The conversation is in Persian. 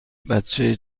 بچه